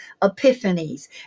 epiphanies